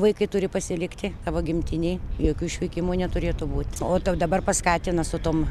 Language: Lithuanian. vaikai turi pasilikti savo gimtinėj jokių išvykimų neturėtų būt o dabar paskatina su tom